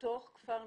בתוך כפר נוער,